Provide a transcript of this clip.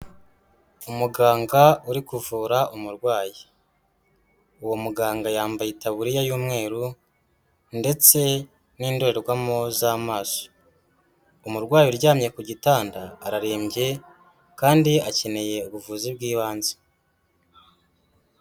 Umuganga uri kuvura umurwayi, uwo muganga yambaye itabuririya y'umweru, ndetse n'indorerwamo z'amaso, umurwayi uryamye ku gitanda ararembye, kandi akeneye ubuvuzi bw'ibanze.